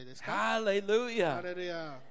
Hallelujah